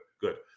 Good